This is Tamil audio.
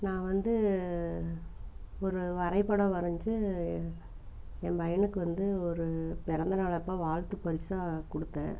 நான் வந்து ஒரு வரைபடம் வரைஞ்சு என் பையனுக்கு வந்து ஒரு பிறந்த நாள் அப்போ வாழ்த்து பரிசாக கொடுத்தேன்